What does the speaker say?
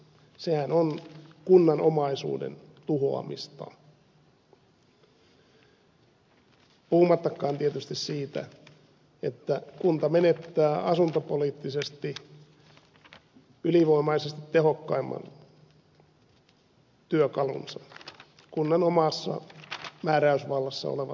sehän on kunnan omaisuuden tuhoamista puhumattakaan tietysti siitä että kunta menettää asuntopoliittisesti ylivoimaisesti tehokkaimman työkalunsa kunnan omassa määräysvallassa olevat vuokra asunnot